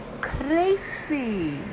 Crazy